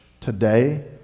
today